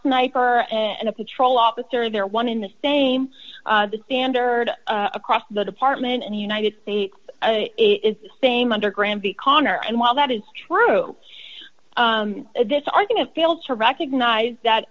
sniper and a patrol officer there one in the same the standard across the department and united states is the same under granby connor and while that is true to this argument fail to recognize that